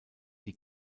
die